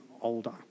older